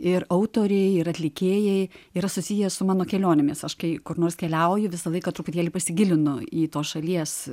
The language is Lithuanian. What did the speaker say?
ir autoriai ir atlikėjai yra susiję su mano kelionėmis aš kai kur nors keliauju visą laiką truputėlį pasigilinu į tos šalies